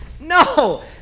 No